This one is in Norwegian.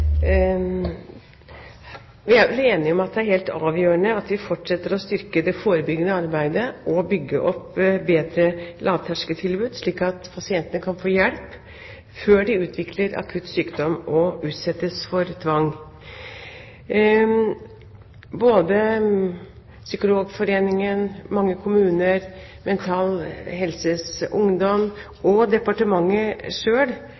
Vi er vel enige om at det er helt avgjørende at vi fortsetter å styrke det forebyggende arbeidet og bygge opp bedre lavterskeltilbud, slik at pasientene kan få hjelp før de utvikler akutt sykdom og utsettes for tvang. Både Psykologforeningen, mange kommuner, Mental Helse Ungdom